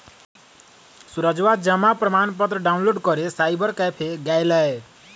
सूरजवा जमा प्रमाण पत्र डाउनलोड करे साइबर कैफे गैलय